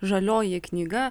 žalioji knyga